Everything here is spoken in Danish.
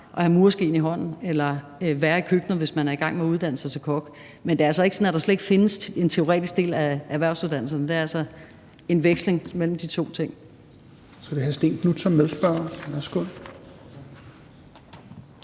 og have murerskeen i hånden eller være i køkkenet, hvis man er i gang med at uddanne sig til kok. Men det er altså ikke sådan, at der slet ikke findes en teoretisk del af erhvervsuddannelserne, for det er en veksling mellem de to ting. Kl. 16:22 Tredje næstformand (Rasmus